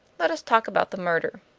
let us talk about the murder.